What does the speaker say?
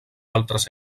altres